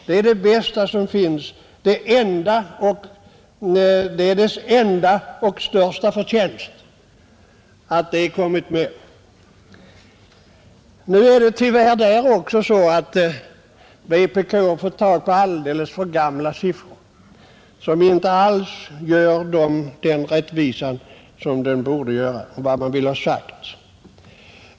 Det konstaterandet är motionens största och enda förtjänst. Vpk har emellertid också här tyvärr fått tag på alldeles för gamla siffror som inte alls gör rättvisa åt vad man vill ha sagt.